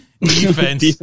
defense